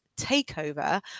takeover